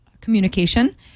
communication